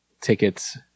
tickets